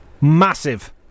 massive